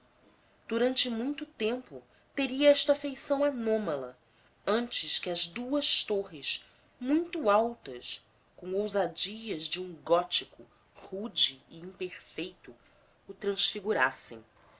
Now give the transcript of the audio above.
durante muito tempo teria esta feição anômala antes que as duas torres muito altas com ousadias de um gótico rude e imperfeito o transfigurassem é